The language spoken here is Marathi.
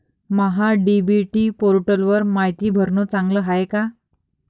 महा डी.बी.टी पोर्टलवर मायती भरनं चांगलं हाये का?